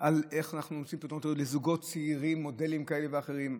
על איך אנחנו מוצאים פתרון היום לזוגות צעירים במודלים כאלה ואחרים.